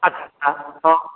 अच्छा हँ